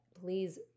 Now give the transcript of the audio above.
Please